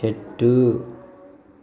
చెట్టు